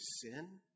sin